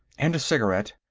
and a cigarette.